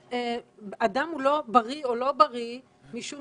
אדם הוא בריא או לא בריא משום